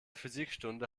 physikstunde